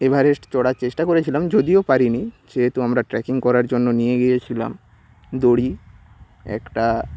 Everest চড়ার চেষ্টা করেছিলাম যদিও পারিনি সেহেতু আমরা ট্রেকিং করার জন্য নিয়ে গিয়েছিলাম দড়ি একটা